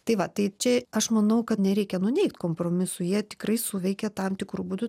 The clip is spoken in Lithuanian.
tai va tai čia aš manau kad nereikia nuneigt kompromisų jie tikrai suveikė tam tikru būdu